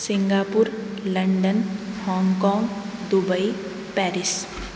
Singapore London Hong Kong Dubai Paris